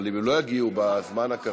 אבל אם הם לא יגיעו בזמן הקרוב,